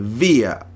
via